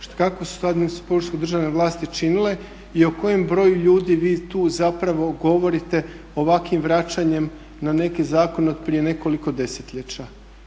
kako su to … vlasti činile i o kojem broju ljudi vi tu zapravo govorite ovakvim vraćanjem na neke zakone od prije nekoliko desetljeća.